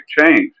change